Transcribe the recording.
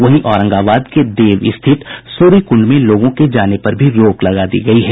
वहीं औरंगाबाद के देव स्थित सूर्यकुंड में लोगों के जाने पर भी रोक लगा दी गयी है